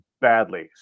badly